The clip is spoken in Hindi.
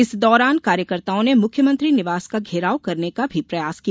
इस दौरान कार्यकर्ताओं ने मुख्यमंत्री निवास का घेराव करने का भी प्रयास किया